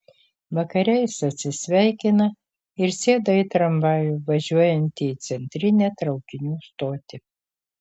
vakare jis atsisveikina ir sėda į tramvajų važiuojantį į centrinę traukinių stotį